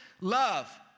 love